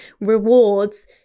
rewards